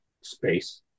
space